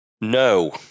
No